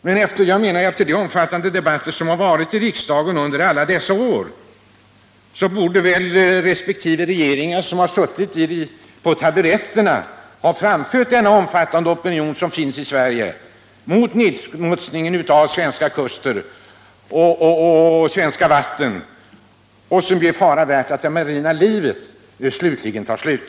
Men efter de omfattande debatter som har varit i riksdagen under alla dessa år borde väl de regeringar som suttit på taburetterna ha framfört kritiken från den betydande opinion som finns i Sverige mot nedsmutsningen av svenska kuster och svenska vatten, där det är fara värt att det marina livet tar slut.